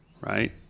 right